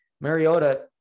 Mariota